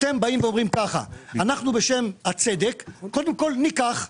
אתם באים ואומרים שאנחנו בשם הצדק קודם כל ניקח,